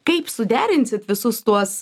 kaip suderinsit visus tuos